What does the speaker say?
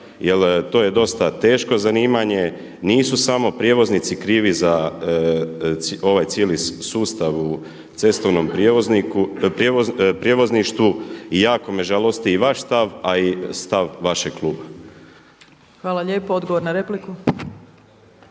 jer to je dosta teško zanimanje. Nisu samo prijevoznici krivi za ovaj cijeli sustav u cestovnom prijevozništvu i jako me žalosti i vaš stav, a i stav vašeg kluba. **Opačić, Milanka